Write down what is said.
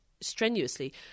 strenuously